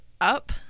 up